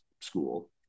school